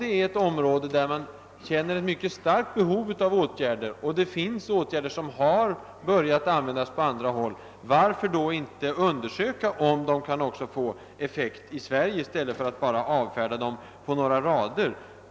Men om vi på något område känner ett starkt behov av åtgärder, och om sådana åtgärder har börjat användas på andra håll, varför då inte undersöka om de kan få effekt också här i Sverige — i stället för att bara avfärda dem på några rader?